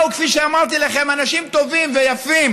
כפי שאמרתי לכם, באו אנשים טובים ויפים